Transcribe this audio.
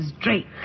Drake